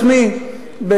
אני לקחתי על עצמי,